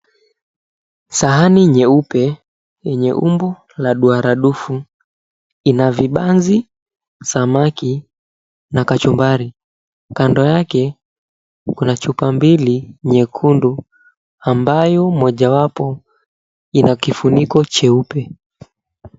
Sahani nyeupe, yenye umbo la duara dufu. Ina vibanzi, samaki, na kachumbari. Kando yake, kuna chupa mbili nyekundu, ambayo mojawapo ina kifuniko cheupe.